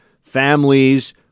Families